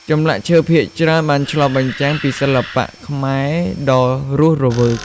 ចម្លាក់ឈើភាគច្រើនបានឆ្លុះបញ្ចាំងពីសិល្បៈខ្មែរដ៏រស់រវើក។